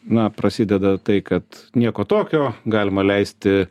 na prasideda tai kad nieko tokio galima leisti